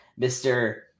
mr